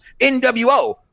NWO